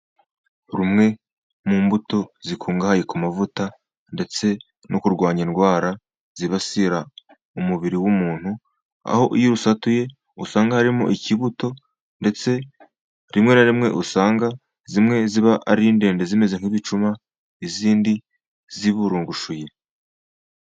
Rumwe mu mbuto zikungahaye ku mavuta, ndetse no kurwanya indwara zibasira umubiri w'umuntu, aho iyo urusatuye usanga harimo ikibuto, ndetse rimwe na rimwe, usanga zimwe ziba ari ndende zimeze nk'ibicuma, izindi ziburungushuye.